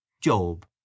Job